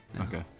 Okay